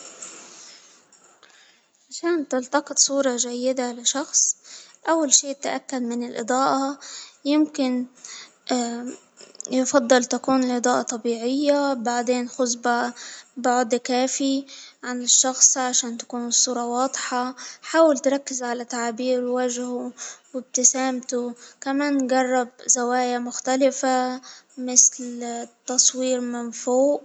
عشان تلتقط صورة جيدة لشخص، أول شيء تأكد من الاضاءة يمكن يفضل تكون الإضاءة طبيعية بعدين خذ بع-بعد كافي عن الشخص، عشان تكون الصورة واضحة، حاول تركز على تعبير وجهة وإبتسامته كمان جرب زوايا مختلفة مثل التصوير من فوق.